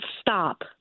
Stop